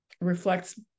reflects